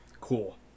Cool